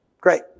Great